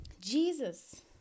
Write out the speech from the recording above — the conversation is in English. Jesus